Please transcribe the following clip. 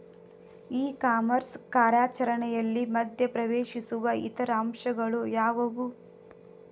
E commerce ಕಾರ್ಯಾಚರಣೆಯಲ್ಲಿ ಮಧ್ಯ ಪ್ರವೇಶಿಸುವ ಇತರ ಅಂಶಗಳು ಯಾವುವು?